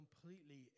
completely